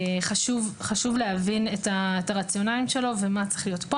חשוב להבין את הרציונליים של החוק הזה ומה צריך להיות בו.